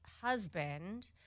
husband